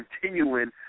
continuing